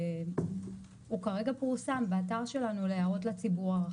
הוא כרגע פורסם באתר שלנו להערות לציבור הרחב.